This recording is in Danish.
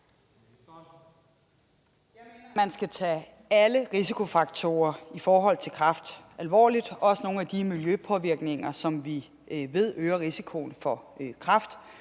Jeg mener, man skal tage alle risikofaktorer i forhold til kræft alvorligt, også nogle af de miljøpåvirkninger, som vi ved øger risikoen for kræft.